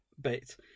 bit